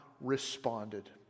responded